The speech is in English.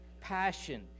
passion